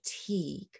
fatigue